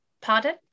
Pardon